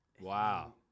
wow